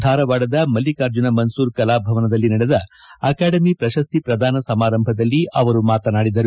ಧಾರವಾಡದ ಮಲ್ಲಿಕಾರ್ಜುನ ಮನ್ನೂರ ಕಲಾಭವನದಲ್ಲಿ ನಡೆದ ಅಕಾಡೆಮಿ ಪ್ರಶಸ್ತಿ ಪ್ರದಾನ ಸಮಾರಂಭದಲ್ಲಿ ಅವರು ಮಾತನಾಡಿದರು